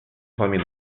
方面